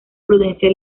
prudencia